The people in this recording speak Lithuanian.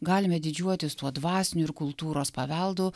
galime didžiuotis tuo dvasiniu ir kultūros paveldu